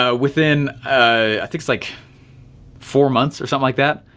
ah within i think like four months or something like that.